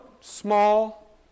small